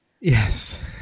Yes